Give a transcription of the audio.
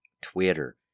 Twitter